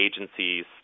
agencies